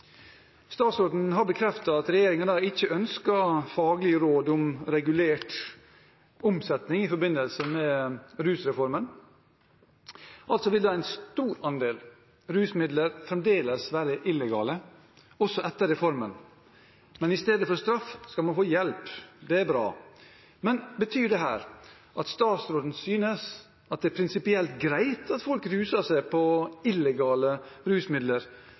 Statsråden har bekreftet at regjeringen ikke ønsker faglige råd om regulert omsetning i forbindelse med rusreformen, og en stor andel rusmidler vil da fremdeles være illegale også etter reformen. Men i stedet for straff skal man få hjelp. Det er bra, men betyr dette at statsråden synes at det er prinsipielt greit at folk ruser seg på illegale rusmidler